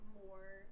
more